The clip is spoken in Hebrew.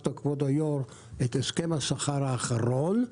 השכר האחרון,